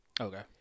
Okay